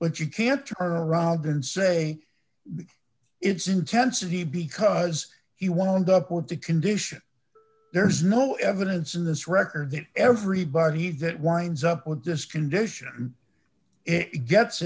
but you can't turn around and say it's intensity because he wound up with the condition there's no evidence in this record everybody that winds up with this condition it gets